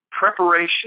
preparation